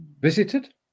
visited